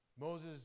Moses